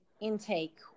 intake